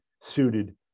suited